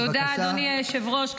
תודה, אדוני היושב-ראש.